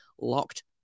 locked